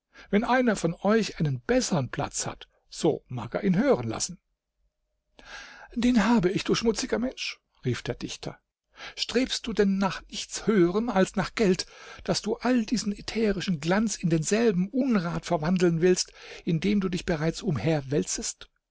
wenn einer von euch einen bessern platz hat so mag er ihn hören lassen den habe ich du schmutziger mensch rief der dichter strebst du denn nach nichts höherem als nach geld daß du all diesen ätherischen glanz in denselben unrat verwandeln willst in dem du dich bereits umher wälzest